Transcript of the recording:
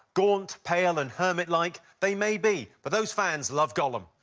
gaunt, pale and hermit-like they may be, but those fans love gollum.